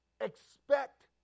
expect